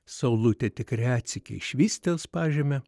saulutė tik retsykiais švystels pažeme